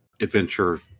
adventure